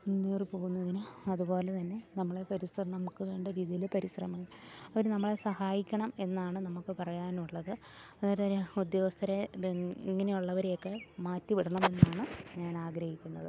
പോകുന്നതിന് അതുപോലെ തന്നെ നമ്മളെ പരിശ്രം നമുക്ക് വേണ്ട രീതിയില് പരിശ്രമങ്ങൾ അവര് നമ്മളെ സഹായിക്കണം എന്നാണ് നമുക്ക് പറയാനുള്ളത് ഒരോര ഉദ്യോഗസ്ഥരെ ഇങ്ങനെയുള്ളവരെയൊക്കെ മാറ്റി വിടണമെന്നാണ് ഞാനാഗ്രഹിക്കുന്നത്